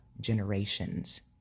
generations